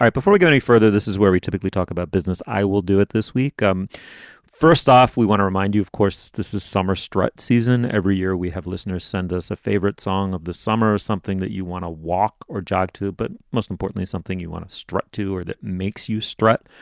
before we go any further, this is where we typically talk about business. i will do it this week. um first off, we want to remind you, of course, this is summer stretched season. every year we have listeners send us a favorite song of the summer, something that you want to walk or jog to. but most importantly, something you want to strut to or that makes you strut.